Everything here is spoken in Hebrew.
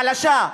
חלשה,